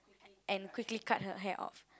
and quickly cut her hair off